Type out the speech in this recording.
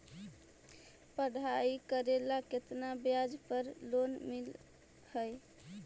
पढाई करेला केतना ब्याज पर लोन मिल हइ?